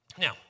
Now